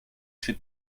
she